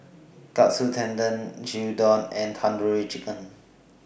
Katsu Tendon Gyudon and Tandoori Chicken